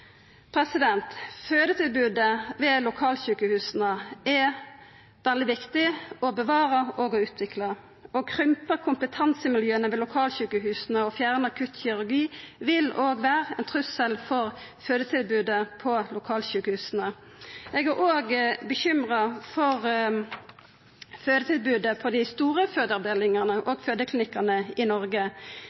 Fødetilbodet ved lokalsjukehusa er det veldig viktig å bevara og å utvikla. Å krympa kompetansemiljøa ved lokalsjukehusa og fjerna akuttkirurgi vil òg vera ein trussel for fødetilbodet på lokalsjukehusa. Eg er òg bekymra for fødetilbodet på dei store fødeavdelingane og fødeklinikkane i Noreg.